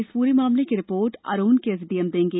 इस पूरे मामले की रिपोर्ट आरोन के एसडीएम देंगे